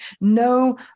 no